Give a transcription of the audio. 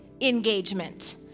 engagement